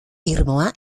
irmoa